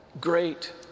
great